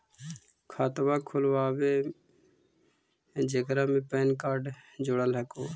खातवा खोलवैलहो हे जेकरा मे पैन कार्ड जोड़ल हको?